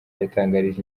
yatangarije